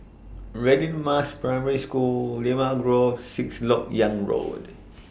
Radin Mas Primary School Limau Grove Sixth Lok Yang Road